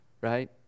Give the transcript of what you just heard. right